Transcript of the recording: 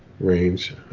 range